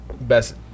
best